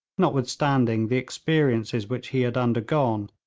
notwithstanding the experiences which he had undergone,